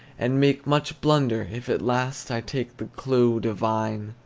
and make much blunder, if at last i take the clew divine.